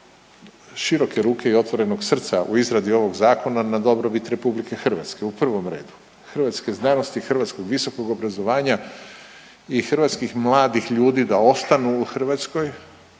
široke ruke i otvorenog srca u izradi ovog zakona na dobrobit RH. U prvom redu hrvatske znanosti i hrvatskog visokog obrazovanja i hrvatskih mladih ljudi da ostanu u Hrvatskoj,